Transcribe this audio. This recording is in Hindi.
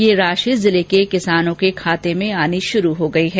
यह राशि जिले के किसानों के खातों में आनी शुरू हो गयी है